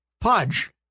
Pudge